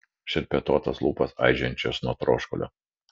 šerpetotas lūpas aižėjančias nuo troškulio